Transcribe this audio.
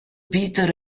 peter